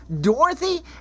Dorothy